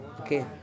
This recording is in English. okay